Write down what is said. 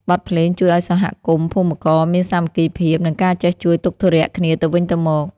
បទភ្លេងជួយឱ្យសហគមន៍ភូមិករមានសាមគ្គីភាព និងការចេះជួយទុក្ខធុរៈគ្នាទៅវិញទៅមក។